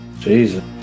Jesus